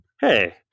Hey